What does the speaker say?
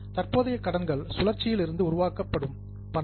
தற்போதைய கடன்கள் சுழற்சியில் இருந்து உருவாக்கப்படும் பணம்